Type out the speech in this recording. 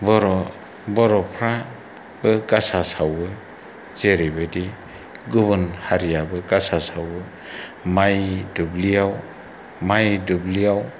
बर' बर'फ्राबो गासा सावो जेरैबायदि गुबुन हारियाबो गासा सावो माइ दुब्लियाव माइ दुब्लियाव